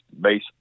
base